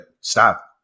Stop